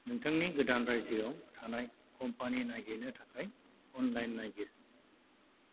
नोंथांनि गोदान रायजोयाव थानाय कम्पानि नागिरनो थाखाय अनलाइन नायगिर